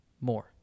more